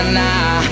nah